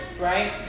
right